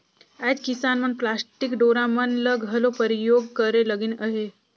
आएज किसान मन पलास्टिक डोरा मन ल घलो परियोग करे लगिन अहे